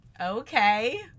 Okay